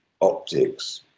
optics